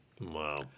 Wow